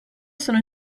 sono